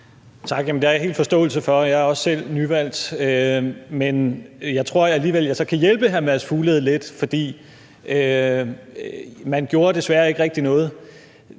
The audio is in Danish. Jamen det har jeg helt forståelse for. Jeg er også selv nyvalgt, men jeg tror alligevel, at jeg så kan hjælpe hr. Mads Fuglede lidt. For man gjorde desværre ikke rigtig noget.